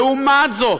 לעומת זאת,